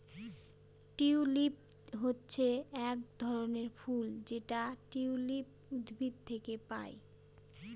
tulip হচ্ছে এক ধরনের ফুল যেটা টিউলিপ উদ্ভিদ থেকে পায়